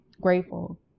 grateful